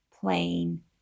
plain